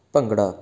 bhangra